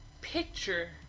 picture